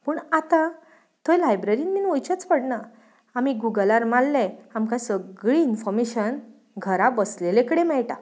पूण आतां थंय लायब्ररीन बीन वयचेंच पडना आमी गुगलार मारलें आमकां सगळी इन्फॉमेर्शन घरा बसलेले कडेन मेयटा